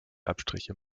abstriche